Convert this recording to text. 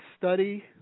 study